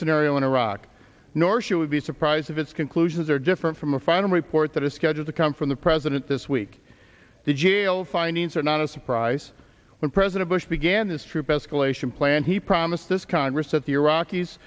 scenario in iraq nor should we be surprised if its conclusions are different from the final report that is scheduled to come from the president this week the jail findings are not a surprise when president bush began this troop escalation plan he promised this congress that the iraqis